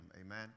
Amen